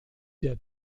der